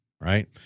right